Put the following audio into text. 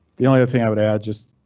the only thing i would add just.